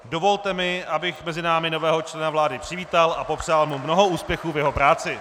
Dovolte mi, abych mezi námi nového člena vlády přivítal a popřál mu mnoho úspěchů v jeho práci.